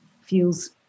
feels